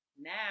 Now